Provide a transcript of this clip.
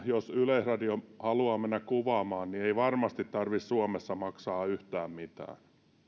jos yleisradio haluaa esimerkiksi painia mennä kuvaamaan niin ei varmasti tarvitse suomessa maksaa yhtään mitään